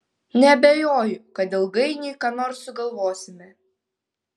neabejoju kad ilgainiui ką nors sugalvosime